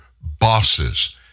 bosses